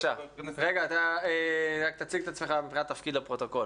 מהמגזר הפרטי.